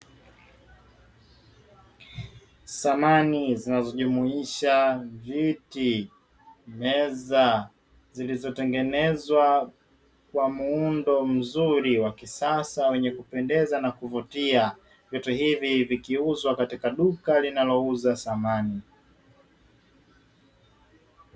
Samani zinazojumuisha viti, meza zilizotengenezwa kwa muundo mzuri wa kisasa wenye kupendeza na kuvutia vitu hivi vikiuzwa katika duka linalouza samahani.